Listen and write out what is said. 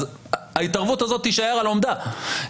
אז ההתערבות הזאת תישאר על עומדה.